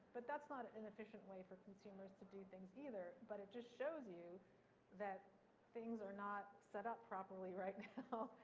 but that's not ah an efficient way for consumers to do things, either, but it just shows you that things are not set up properly right now.